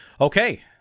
okay